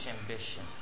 ambition